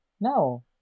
No